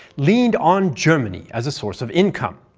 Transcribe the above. leaned on germany as a source of income.